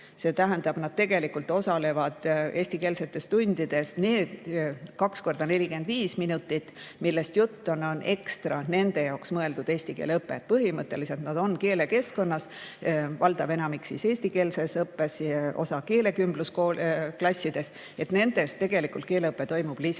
see tähendab, et nad tegelikult osalevad eestikeelsetes tundides. Need kaks korda 45 minutit, millest jutt on, on lisaks nende jaoks mõeldud eesti keele õpe. Põhimõtteliselt nad on keelekeskkonnas, enamik eestikeelses õppes ja osa keelekümblusklassides, nendes tegelikult keeleõpe toimub lisaks.